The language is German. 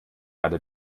erde